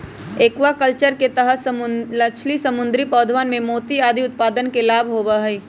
aquaculture के तहद मछली, समुद्री पौधवन एवं मोती आदि उत्पादन के लाभ होबा हई